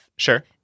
Sure